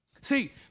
See